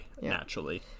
naturally